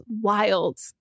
wild